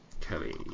Kelly